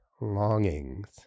longings